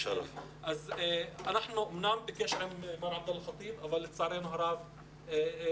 אנחנו אמנם בקשר עם מר עבדאללה חטיב אבל לצערנו הרב ישיבה